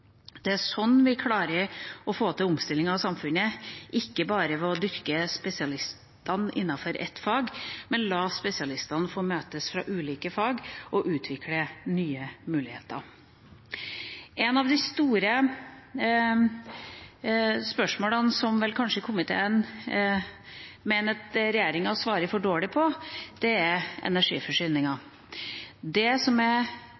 Det er sånn vi klarer å få til omstilling av samfunnet – ikke bare ved å dyrke spesialistene innenfor ett fag, men la spesialistene fra ulike fag få møtes og utvikle nye muligheter. Et av de store spørsmålene som komiteen mener at regjeringa kanskje svarer for dårlig på, er energiforsyningen. Det som er utfordringen i dag, er